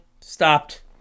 stopped